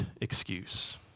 excuse